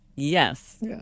Yes